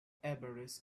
everest